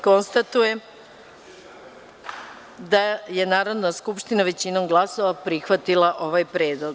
Konstatujem da je Narodna skupština većinom glasova prihvatila ovaj predlog.